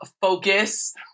focus